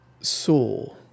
saw